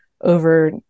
over